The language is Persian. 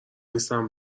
نیستم